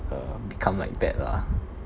um become like that lah